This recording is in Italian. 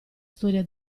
storia